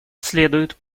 следует